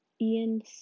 Ian